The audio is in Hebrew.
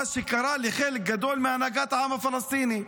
מה שקרה לחלק גדול מהנהגת העם הפלסטיני: